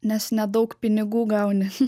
nes nedaug pinigų gauni